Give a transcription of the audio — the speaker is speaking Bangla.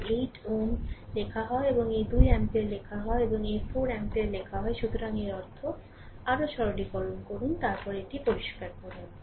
এই 8 Ω লেখা হয় এবং এই 2 অ্যাম্পিয়ার লেখা হয় এবং এই 4 অ্যাম্পিয়ার লেখা হয় সুতরাং এর অর্থ আরও সরলীকরণ তারপর এটি পরিষ্কার করুন